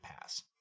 pass